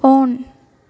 on